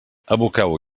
aboqueu